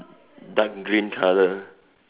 dark green colour